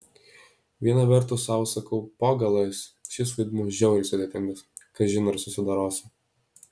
viena vertus sau sakau po galais šis vaidmuo žiauriai sudėtingas kažin ar susidorosiu